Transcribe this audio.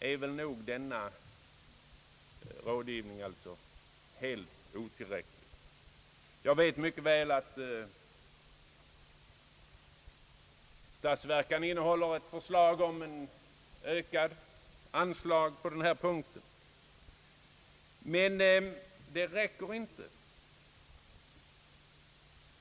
får, är helt otillräcklig. Jag vet mycket väl att statsverkspropositionen innehåller förslag om ett ökat anslag på denna punkt, men det räcker inte.